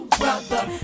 brother